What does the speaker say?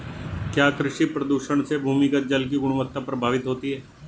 क्या कृषि प्रदूषण से भूमिगत जल की गुणवत्ता प्रभावित होती है?